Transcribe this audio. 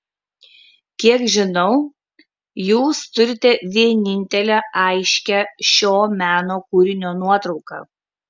kiek žinau jūs turite vienintelę aiškią šio meno kūrinio nuotrauką